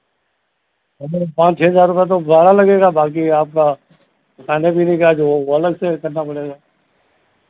कम से कम पांच छह हज़ार का तो भाड़ा लगेगा बाँकी आपका खाने पीने का जो है वो अलग से करना पड़ेगा